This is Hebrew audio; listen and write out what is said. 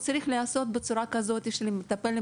הוא צריך להיעשות בצורה כזאת שהמטפל לא